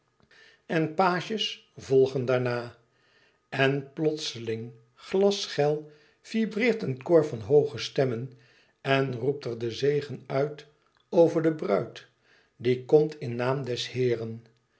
en pages volgen daarna en plotseling glasschel vibreert een koor van hooge stemmen en roept er den zegen uit over de bruid die komt in naam des heeren